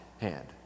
hand